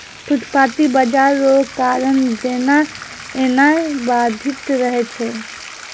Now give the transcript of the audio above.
फुटपाटी बाजार रो कारण जेनाय एनाय बाधित रहै छै